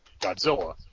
Godzilla